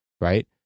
right